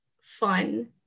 fun